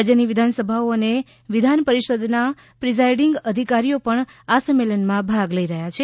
રાજ્યની વિધાનસભાઓ અને વિધાન પરિષદના પ્રિઝાઇડિંગ અધિકારીઓ આ સંમેલનમાં ભાગ લઈ રહ્યા છે